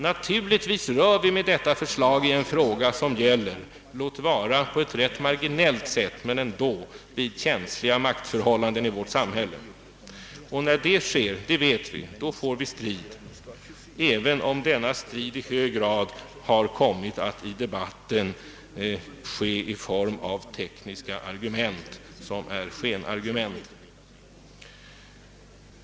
Naturligtvis rör vi med detta förslag — låt vara på ett rätt marginellt sätt — vid känsliga maktförhållanden i samhället, och när sådant sker vet vi att det blir strid, låt vara att den i debatten här i hög grad fått formen av tekniska skenargument.